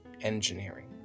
engineering